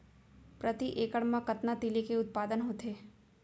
प्रति एकड़ मा कतना तिलि के उत्पादन होथे?